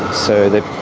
so that,